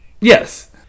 Yes